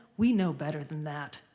we know better than that.